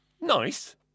Nice